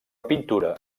pintura